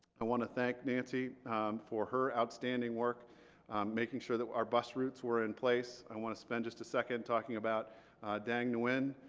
i want to thank for her outstanding work making sure that our bus routes were in place i want to spend just a second talking about dang nguyen.